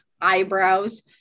eyebrows